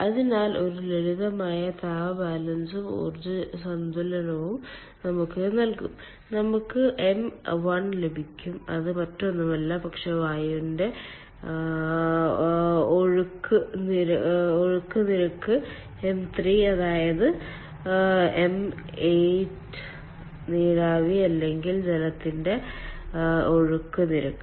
അതിനാൽ ഒരു ലളിതമായ താപ ബാലൻസും ഊർജ്ജ സന്തുലനവും നമുക്ക് ഇത് നൽകും നമുക്ക് m 1 ലഭിക്കും അത് മറ്റൊന്നല്ല പക്ഷേ വായുവിന്റെ പിണ്ഡത്തിന്റെ ഒഴുക്ക് നിരക്ക് ṁ 3 അതായത് പിണ്ഡം ṁ 8 അതായത് നീരാവി അല്ലെങ്കിൽ ജലത്തിന്റെ പിണ്ഡത്തിന്റെ ഒഴുക്ക് നിരക്ക്